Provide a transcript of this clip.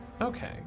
Okay